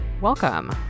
Welcome